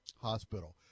Hospital